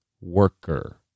worker